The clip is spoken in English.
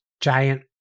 giant